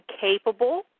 capable